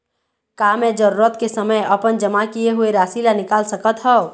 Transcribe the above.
का मैं जरूरत के समय अपन जमा किए हुए राशि ला निकाल सकत हव?